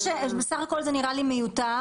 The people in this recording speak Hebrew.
בסך הכול זה נראה לי מיותר.